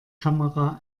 kamera